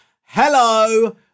Hello